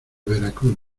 veracruz